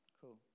cool